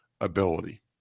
ability